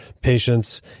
patients